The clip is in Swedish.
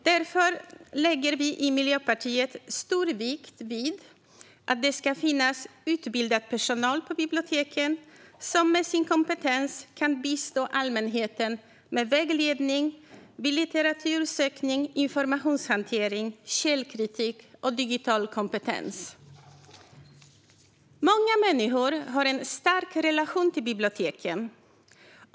Därför lägger vi i Miljöpartiet stor vikt vid att det på biblioteken ska finnas utbildad personal som med sin kompetens kan bistå allmänheten med vägledning vid litteratursökning samt informationshantering, källkritik och digital kompetens. Många människor har en stark relation till biblioteken.